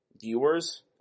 viewers